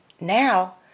now